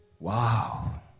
Wow